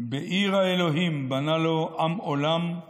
/ בעיר האלוהים בנה לו עם עולם /